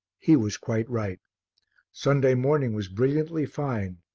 he was quite right sunday morning was brilliantly fine,